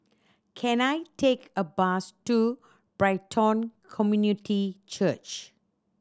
can I take a bus to Brighton Community Church